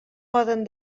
poden